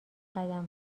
قدم